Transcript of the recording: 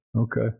Okay